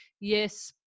yes